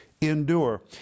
endure